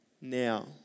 now